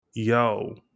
Yo